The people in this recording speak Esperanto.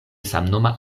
samnoma